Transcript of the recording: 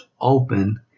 open